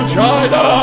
China